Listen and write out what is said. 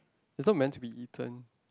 it's not man to be eaten